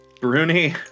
Bruni